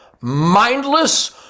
mindless